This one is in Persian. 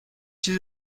چیز